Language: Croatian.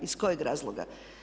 Iz kojeg razloga?